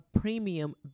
premium